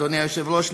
אדוני היושב-ראש,